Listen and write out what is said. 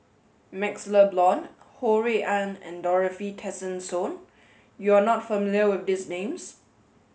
MaxLe Blond Ho Rui An and Dorothy Tessensohn you are not familiar with these names